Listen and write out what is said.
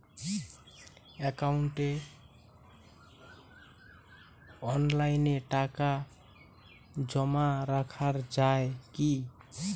একাউন্টে অনলাইনে টাকা জমা রাখা য়ায় কি?